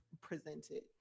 presented